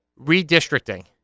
redistricting